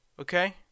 Okay